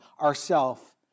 ourself